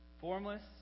formless